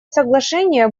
соглашения